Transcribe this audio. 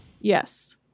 Yes